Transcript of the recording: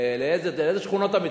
לאיזה שכונות אתה מתכוון?